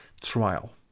trial